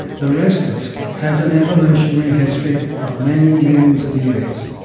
the rest of us has an evolutionary history of many millions of years.